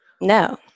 No